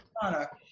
product